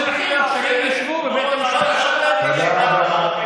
תודה רבה,